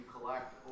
collect